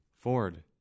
Ford